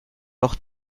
auch